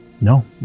no